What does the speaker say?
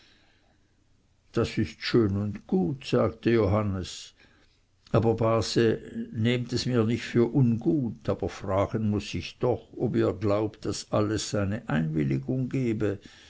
das ist schön und gut sagte johannes aber base nehmt es mir nicht für ungut auf aber fragen muß ich doch ob ihr glaubt daß alles seine einwilligung gebe